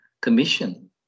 Commission